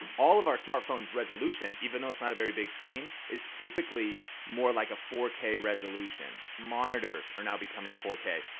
um all of our smart phones resolution, even though it's not a very big screen is typically more like a four k resolution. monitors are now becoming four k.